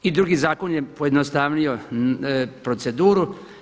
I drugi zakon je pojednostavnio proceduru.